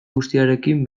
guztiarekin